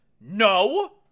No